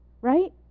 Right